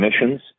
emissions